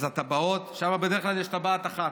אז שם בדרך כלל יש טבעת אחת.